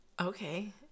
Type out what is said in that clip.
Okay